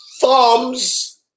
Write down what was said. thumbs